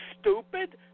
stupid